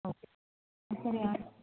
okay ಸರಿ ಆಯ್